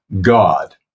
God